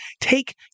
take